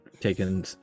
taken